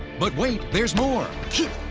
but wait. there's more.